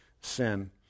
sin